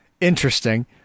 interesting